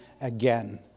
again